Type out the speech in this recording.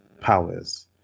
powers